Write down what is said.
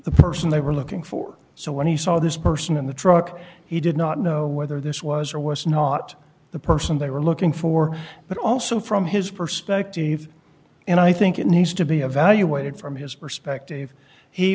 the person they were looking for so when he saw this person in the truck he did not know whether this was or was not the person they were looking for but also from his perspective and i think it needs to be evaluated from his perspective he